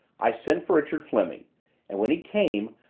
i sent for richard fleming and when he came,